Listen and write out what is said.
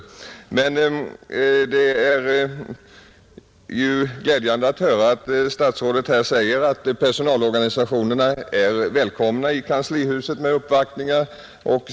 Det var ju glädjande att höra statsrådet här säga att personalorganisationerna är välkomna till kanslihuset med uppvaktningar.